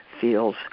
feels